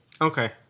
Okay